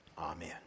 Amen